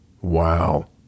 Wow